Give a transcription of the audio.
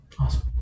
awesome